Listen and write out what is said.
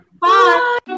Bye